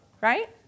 right